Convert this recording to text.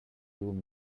room